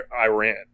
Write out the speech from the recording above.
Iran